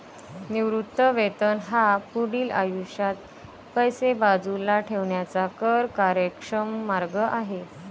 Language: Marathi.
निवृत्ती वेतन हा पुढील आयुष्यात पैसे बाजूला ठेवण्याचा कर कार्यक्षम मार्ग आहे